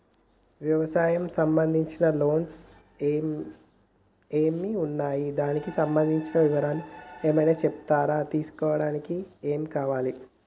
వ్యవసాయం సంబంధించిన లోన్స్ ఏమేమి ఉన్నాయి దానికి సంబంధించిన వివరాలు ఏమైనా చెప్తారా తీసుకోవడానికి ఏమేం కావాలి?